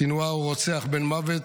סנוואר הוא רוצח בן מוות.